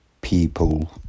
people